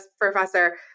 professor